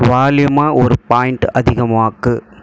வால்யூமா ஒரு பாயிண்ட் அதிகமாக்கு